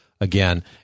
again